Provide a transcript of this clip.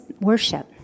worship